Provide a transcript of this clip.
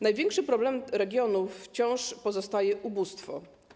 Największym problemem regionu wciąż pozostaje ubóstwo.